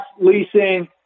leasing